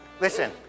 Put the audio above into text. Listen